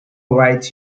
write